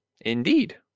Indeed